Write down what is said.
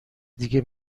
دیگه